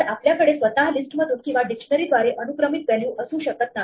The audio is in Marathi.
तर आपल्याकडे स्वतः लिस्टमधून किंवा डिक्शनरी द्वारे अनुक्रमित व्हॅल्यू असू शकत नाही